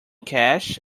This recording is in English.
cash